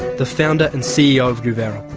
the founder and ceo of guvera,